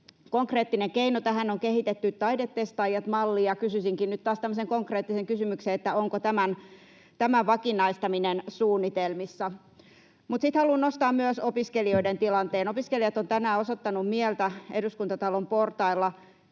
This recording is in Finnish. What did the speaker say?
Konkreettinen keino tähän on kehitetty — Taidetestaajat-malli — ja kysyisinkin nyt taas tämmöisen konkreettisen kysymyksen: onko tämän vakinaistaminen suunnitelmissa? Mutta sitten haluan nostaa myös opiskelijoiden tilanteen. Opiskelijat ovat tänään osoittaneet mieltään Eduskuntatalon portailla.